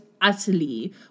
utterly